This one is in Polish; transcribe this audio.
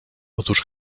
otóż